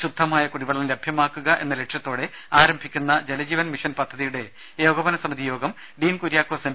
ശുദ്ധമായ കുടിവെള്ളം ലഭ്യമാക്കുക എന്ന ലക്ഷ്യത്തോടെ ആരംഭിക്കുന്ന ജലജീവൻ മിഷൻ പദ്ധതിയുടെ ഏകോപന സമിതി യോഗം ഡീൻകുര്യാക്കോസ് എം